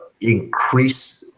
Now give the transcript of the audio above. increase